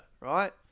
right